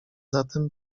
zatem